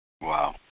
Wow